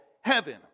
heaven